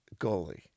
goalie